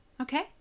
okay